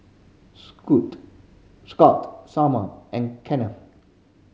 Scot Somer and Kennth